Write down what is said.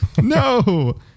No